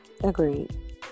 Agreed